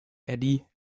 eddie